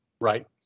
Right